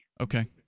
Okay